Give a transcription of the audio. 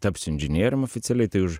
tapsiu inžinierium oficialiai tai už